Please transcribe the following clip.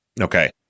Okay